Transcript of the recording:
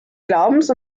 glaubens